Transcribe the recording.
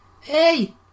Hey